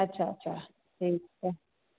अच्छा अच्छा जी ठीकु आहे